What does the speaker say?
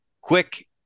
quick